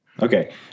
Okay